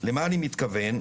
למה אני מתכוון?